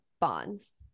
bonds